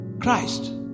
Christ